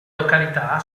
località